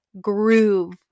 groove